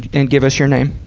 and give us your name.